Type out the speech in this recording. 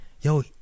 Yo